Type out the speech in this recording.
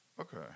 Okay